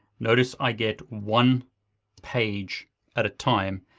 notice i get one page at a time,